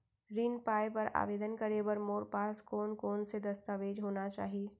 ऋण पाय बर आवेदन करे बर मोर पास कोन कोन से दस्तावेज होना चाही?